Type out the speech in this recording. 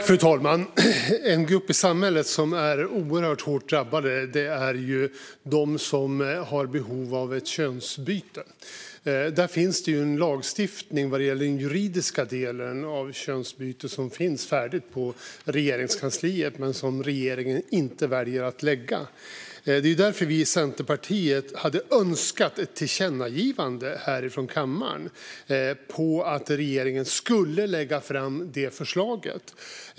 Fru talman! En grupp i samhället som är oerhört hårt drabbad är de som har behov av ett könsbyte. Det finns en lagstiftning färdig på Regeringskansliet vad gäller den juridiska delen av könsbyte, men regeringen väljer att inte lägga fram den. Det är därför vi i Centerpartiet hade önskat ett tillkännagivande från kammaren om att regeringen skulle lägga fram det förslaget.